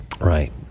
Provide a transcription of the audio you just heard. Right